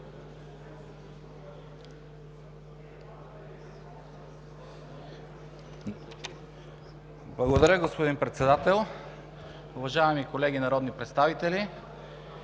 Благодаря Ви, господин Председател. Уважаеми колеги народни представители!